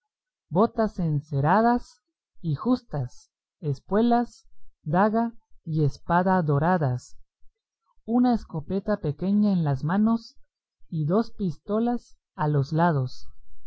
botas enceradas y justas espuelas daga y espada doradas una escopeta pequeña en las manos y dos pistolas a los lados